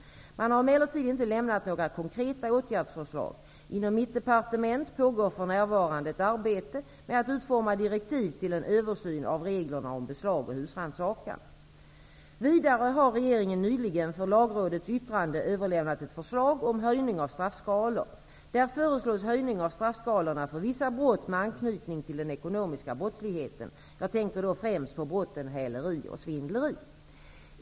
Man har emellertid inte lämnat några konkreta åtgärdsförslag.. Inom mitt departement pågår för närvarande ett arbete med att utforma direktiv till en översyn av reglerna om beslag och husrannsakan. Vidare har regeringen nyligen för Lagrådets yttrande överlämnat ett förslag om höjning av straffskalor. Där föreslås höjning av straffskalorna för vissa brott med anknytning till den ekonomiska brottsligheten. Jag tänker då främst på brotten häleri och svindleri.